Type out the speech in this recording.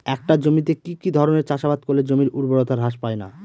একটা জমিতে কি কি ধরনের চাষাবাদ করলে জমির উর্বরতা হ্রাস পায়না?